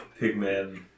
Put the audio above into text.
Pigman